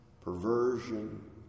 perversion